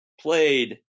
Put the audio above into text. played